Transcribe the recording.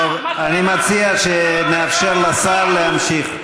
טוב, אני מציע שנאפשר לשר להמשיך.